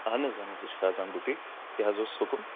اَہن حظ اَہن حظ أسۍ چھِ فیضان بُٹیٖک کیٛاہ حظ اوس حُکُم